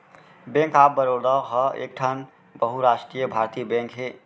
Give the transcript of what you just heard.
bank of Baroda ह एकठन बहुरास्टीय भारतीय बेंक हे